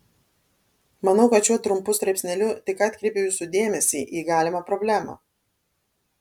manau kad šiuo trumpu straipsneliu tik atkreipiau jūsų dėmesį į galimą problemą